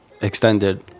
extended